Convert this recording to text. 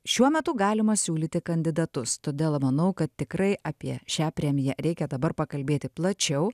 šiuo metu galima siūlyti kandidatus todėl manau kad tikrai apie šią premiją reikia dabar pakalbėti plačiau